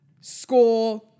score